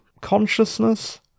consciousness